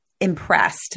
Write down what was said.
impressed